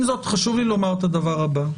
עם זאת, חשוב לי לומר את הדבר הבא.